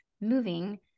moving